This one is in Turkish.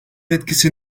etkisi